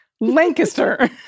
Lancaster